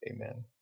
Amen